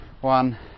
one